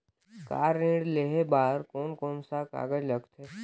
Car ऋण लेहे बार कोन कोन सा कागज़ लगथे?